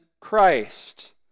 Christ